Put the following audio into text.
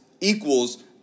equals